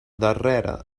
darrere